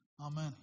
Amen